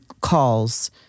calls